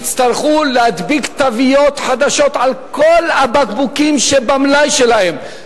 יצטרכו להדביק תוויות חדשות על כל הבקבוקים שבמלאי שלהם,